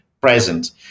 present